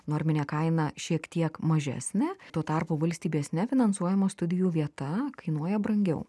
norminė kaina šiek tiek mažesnė tuo tarpu valstybės nefinansuojama studijų vieta kainuoja brangiau